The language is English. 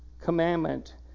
commandment